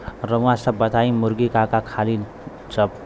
रउआ सभ बताई मुर्गी का का खालीन सब?